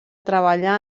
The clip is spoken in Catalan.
treballar